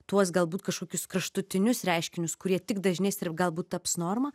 tuos galbūt kažkokius kraštutinius reiškinius kurie tik dažnės ir galbūt taps norma